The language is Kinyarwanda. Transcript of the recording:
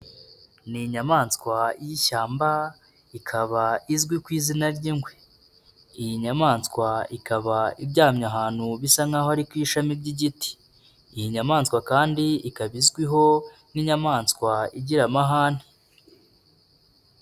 Ni inyamaswa y'ishyamba ikaba izwi ku izina ry'ingwe, iyi nyamaswa ikaba iryamye ahantu bisa nk'aho ari ku ishami ry'igiti, iyi nyamaswa kandi ikaba izwiho nk'inyamaswa igira amahane.